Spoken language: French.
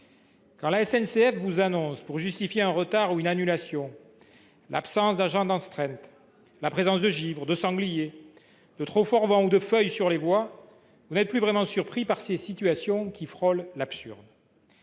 Quand la SNCF vous annonce, pour justifier un retard ou une annulation, l’absence d’agent d’astreinte, un vent trop fort, la présence de givre, de sangliers ou de feuilles sur les voies, vous n’êtes plus vraiment surpris par ces situations qui frôlent l’absurde.